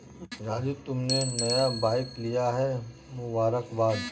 राजू तुमने नया बाइक लिया है मुबारकबाद